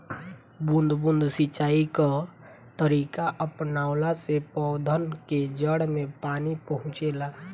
बूंद बूंद सिंचाई कअ तरीका अपनवला से पौधन के जड़ में पानी पहुंचेला